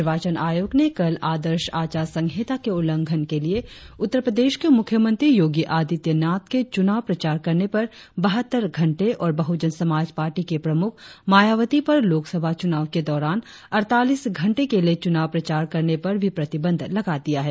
निर्वाचन आयोग ने कल आदर्श आचार संहिता के उल्लंघन के लिए उत्तर प्रदेश के मुख्यमंत्री योगी आदित्यनाथ के चुनाव प्रचार करने पर बहत्तर घंटे और बहुजन समाज पार्टी की प्रमुख मायावती पर लोकसभा चुनाव के दौरान अड़तालीस घंटे के लिए चुनाव प्रचार करने पर भी प्रतिबंध लगा दिया है